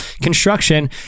construction